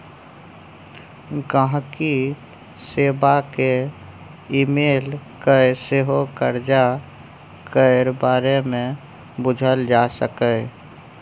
गांहिकी सेबा केँ इमेल कए सेहो करजा केर बारे मे बुझल जा सकैए